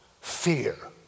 fear